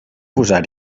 posar